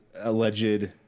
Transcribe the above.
alleged